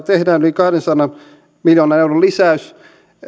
tehdään yli kahdensadan miljoonan euron lisäys